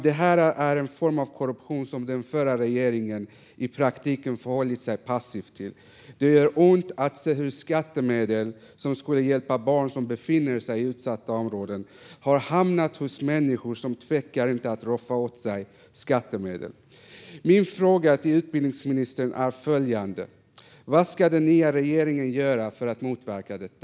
Det här är en form av korruption som den förra regeringen i praktiken förhållit sig passiv till. Det gör ont att se hur skattemedel som skulle hjälpa barn i utsatta områden har hamnat hos människor som inte tvekar att roffa åt sig dessa skattemedel. Min fråga är följande: Vad ska den nya regeringen göra för att motverka detta?